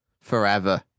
forever